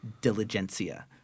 Diligencia